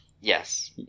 Yes